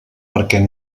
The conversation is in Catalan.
perquè